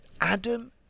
Adam